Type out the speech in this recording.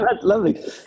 lovely